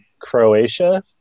Croatia